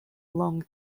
long